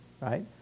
right